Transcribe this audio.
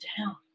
down